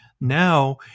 Now